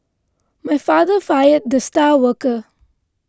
my father fired the star worker